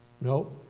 No